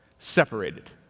separated